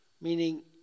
meaning